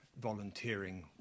volunteering